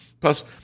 Plus